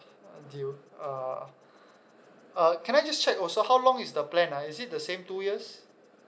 deal uh uh can I just check also how long is the plan ah is it the same two years